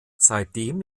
seitdem